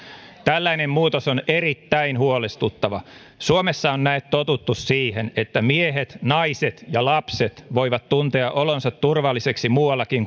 tällainen muutos on erittäin huolestuttavaa suomessa on näet totuttu siihen että miehet naiset ja lapset voivat tuntea olonsa turvalliseksi muuallakin